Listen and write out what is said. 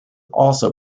also